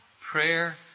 Prayer